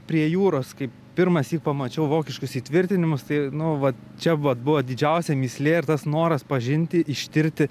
prie jūros kai pirmąsyk pamačiau vokiškus įtvirtinimus tai nu vat čia vat buvo didžiausia mįslė ir tas noras pažinti ištirti